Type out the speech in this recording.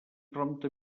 prompte